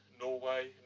Norway